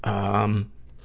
um,